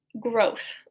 growth